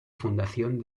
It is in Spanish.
fundación